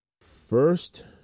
first